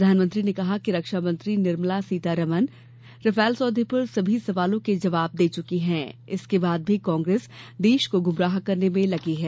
प्रधानमंत्री ने कहा कि रक्षा मंत्री निर्मला सीतारामन रफाल सौदे पर सभी सवालों के जवाब दे चुकी हैं इसके बाद भी कांग्रेस राष्ट्र को गुमराह करने में लगी है